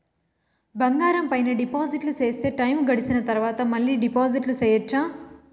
బంగారం పైన డిపాజిట్లు సేస్తే, టైము గడిసిన తరవాత, మళ్ళీ డిపాజిట్లు సెయొచ్చా?